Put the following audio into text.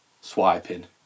swiping